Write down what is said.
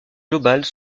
globales